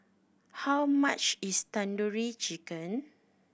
how much is Tandoori Chicken